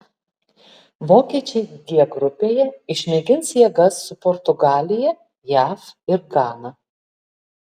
vokiečiai g grupėje išmėgins jėgas su portugalija jav ir gana